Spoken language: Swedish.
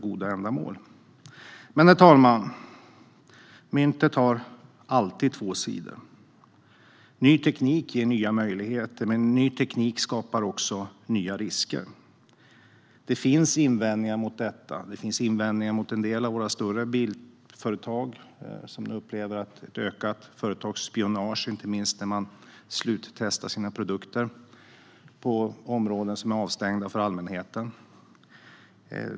Men, herr talman, myntet har alltid två sidor. Ny teknik ger nya möjligheter, men den skapar också nya risker. Det finns invändningar mot detta. Det finns invändningar mot en del av våra större bilföretag, som nu upplever ett ökat företagsspionage, inte minst när man sluttestar sina produkter på områden som är avstängda för allmänheten.